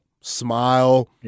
smile